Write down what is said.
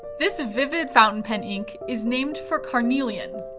this vivid fountain pen ink is named for carnelian,